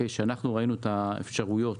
כשראינו את האפשרויות,